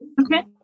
Okay